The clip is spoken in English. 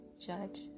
judge